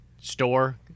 store